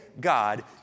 God